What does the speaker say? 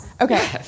okay